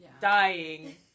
Dying